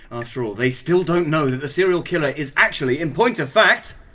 after all, they still don't know that the serial killer is actually in point of fact